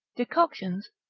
decoctions,